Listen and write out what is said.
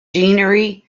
deanery